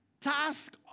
task